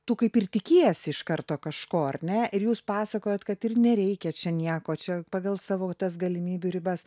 tu kaip ir tikiesi iš karto kažko ar ne ir jūs pasakojat kad ir nereikia čia nieko čia pagal savo tas galimybių ribas